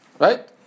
Right